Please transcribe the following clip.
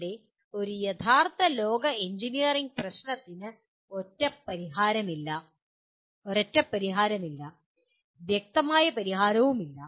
ഇവിടെ ഒരു യഥാർത്ഥ ലോക എഞ്ചിനീയറിംഗ് പ്രശ്നത്തിന് ഒരൊറ്റ പരിഹാരമില്ല വ്യക്തമായ പരിഹാരവുമില്ല